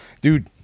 dude